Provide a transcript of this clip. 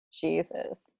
Jesus